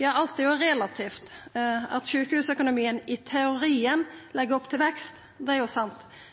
Alt er jo relativt. At det i sjukehusøkonomien i teorien vert lagt opp til vekst, er sant,